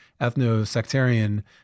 ethno-sectarian